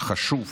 חשוב